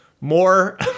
more